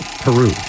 Peru